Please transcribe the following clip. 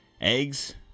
eggs